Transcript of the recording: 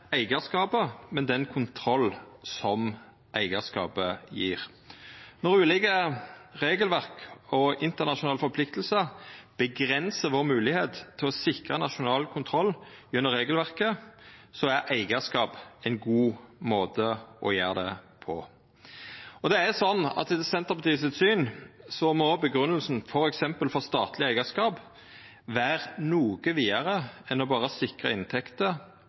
eigarskapet, men den kontrollen som eigarskapet gjev. Når ulike regelverk og internasjonale forpliktingar avgrensar vår moglegheit til å sikra nasjonal kontroll gjennom regelverket, er eigarskap ein god måte å gjera det på. Etter Senterpartiet sitt syn må grunngjevinga, f.eks. for statleg eigarskap, vera noko vidare enn berre å sikra inntekter